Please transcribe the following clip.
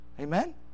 Amen